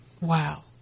Wow